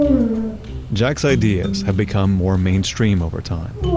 jack's ideas have become more mainstream over time.